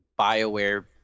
Bioware